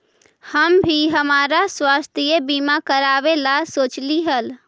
हम भी हमरा स्वास्थ्य बीमा करावे ला सोचली हल